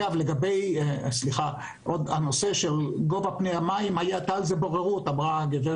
הנושא של גובה פני המים: הייתה בוררות על כך.